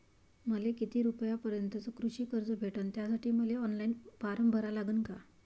मले किती रूपयापर्यंतचं कृषी कर्ज भेटन, त्यासाठी मले ऑनलाईन फारम भरा लागन का?